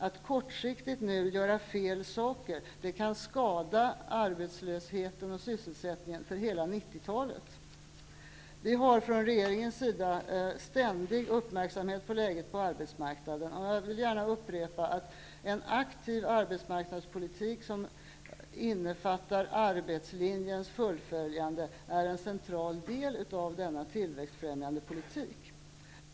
Att nu kortsiktigt göra fel saker kan skada sysselsättningen under hela 90-talet. Vi har från regeringens sida ständig uppmärksamhet på läget på arbetsmarknaden, och jag vill gärna upprepa att en aktiv arbetsmarknadspolitik som innefattar arbetslinjens fullföljande är en central del av den tillväxtfrämjande politik som nu förs.